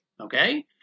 Okay